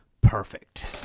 perfect